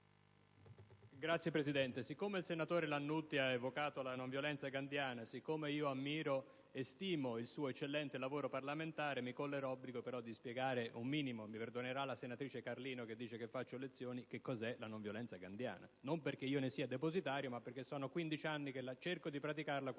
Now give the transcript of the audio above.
Signor Presidente, siccome il senatore Lannutti ha evocato la nonviolenza gandhiana e siccome io ammiro e stimo il suo eccellente lavoro parlamentare, mi corre l'obbligo di spiegare un minimo - mi perdonerà la senatrice Carlino che dice che faccio lezioni! - cos'è la nonviolenza gandhiana: non perché io ne sia depositario, ma perché sono quindici anni che cerco di praticarla quotidianamente.